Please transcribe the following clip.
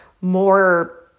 more